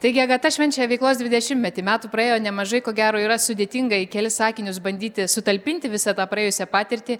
taigi agata švenčia veiklos dvidešimtmetį metų praėjo nemažai ko gero yra sudėtinga į kelis sakinius bandyti sutalpinti visą tą praėjusią patirtį